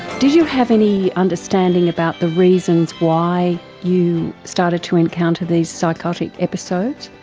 did you have any understanding about the reasons why you started to encounter these psychotic episodes?